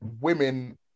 women